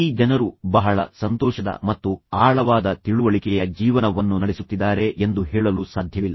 ಈ ಜನರು ಬಹಳ ಸಂತೋಷದ ಮತ್ತು ಆಳವಾದ ತಿಳುವಳಿಕೆಯ ಜೀವನವನ್ನು ನಡೆಸುತ್ತಿದ್ದಾರೆ ಎಂದು ನೀವು ಎಂದಿಗೂ ಹೇಳಲು ಸಾಧ್ಯವಿಲ್ಲ